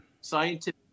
scientific